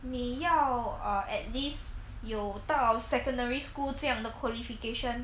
你要 err at least 有到 secondary school 这样的 qualification